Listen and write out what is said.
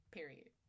Period